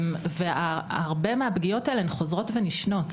הרבה מהפגיעות האלו הן חוזרות ונשנות.